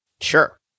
Sure